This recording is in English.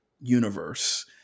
universe